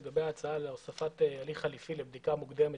לגבי ההצעה להוספת הליך חליפי לבדיקה מוקדמת